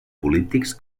polítics